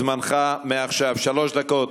זמנך מעכשיו שלוש דקות.